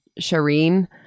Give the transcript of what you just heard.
shireen